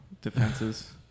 defenses